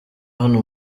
hano